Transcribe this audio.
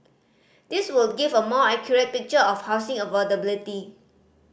these would give a more accurate picture of housing affordability